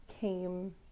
came